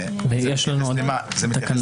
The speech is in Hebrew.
תקנה